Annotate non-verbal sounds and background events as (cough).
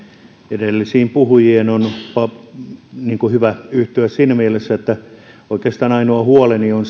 edellisiin puhujiin on hyvä yhtyä siinä mielessä että oikeastaan ainoa huoleni on (unintelligible)